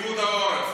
פיקוד העורף.